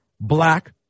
black